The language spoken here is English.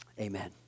Amen